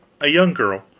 a young girl,